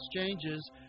exchanges